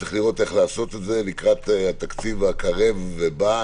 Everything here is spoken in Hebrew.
צריך לראות איך לעשות את זה לקראת התקציב הקרב ובא,